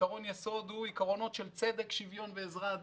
עיקרון היסוד הוא צדק, שוויון ועזרה הדדית.